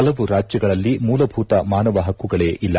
ಪಲವು ರಾಜ್ಯಗಳಲ್ಲಿ ಮೂಲಭೂತ ಮಾನವ ಪಕ್ಕುಗಳೇ ಇಲ್ಲ